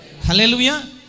Hallelujah